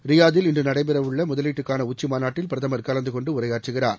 ரியாதில் இன்று நடைபெற உள்ள முதலீட்டுக்கான உச்சிமாநாட்டில் பிரதமர் கலந்து கொண்டு உரையாற்றுகிறார்